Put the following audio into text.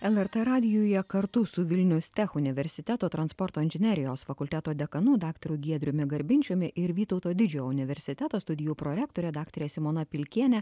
lrt radijuje kartu su vilnius tech universiteto transporto inžinerijos fakulteto dekanu daktaru giedriumi garbinčiumi ir vytauto didžiojo universiteto studijų prorektorė daktare simona pilkiene